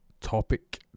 topic